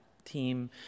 team